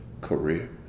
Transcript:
career